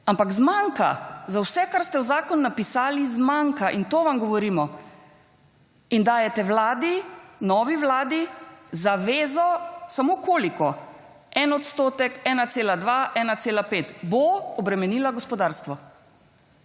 ampak zmanjka za vse kar ste v zakonu napisali zmanjka in to vam govorimo. In dajte vladi, novi vladi zavezo samo koliko 1 odstotek, 1,2, 1,5 bo obremenila gospodarstvo